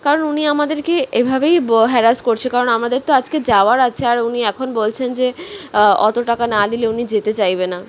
কারণ উনি আমাদেরকে এভাবেই ব হ্যারাস করছে কারণ আমাদের তো আজকে যাওয়ার আছে আর উনি এখন বলছেন যে অত টাকা না দিলে উনি যেতে চাইবে না